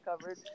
covered